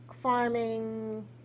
farming